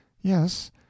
Yes